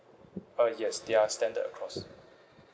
uh yes they are standard across